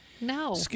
No